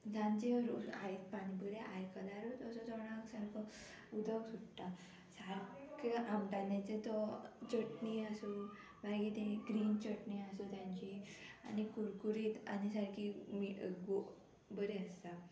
तांचेर आयक पानी पुरी आयकल्यारूच असो तोंडाक सारको उदक सुट्टा सारकें आमटान्याचो तो चटणी आसूं मागीर ती ग्रीन चटणी आसूं तेंची आनी कुरकुरीत आनी सारकी गोड बरी आसता